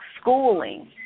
schooling